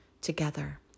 together